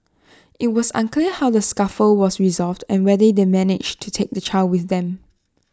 IT was unclear how the scuffle was resolved and whether they managed to take the child with them